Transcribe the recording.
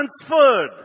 transferred